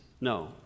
No